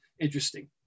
Interesting